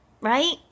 Right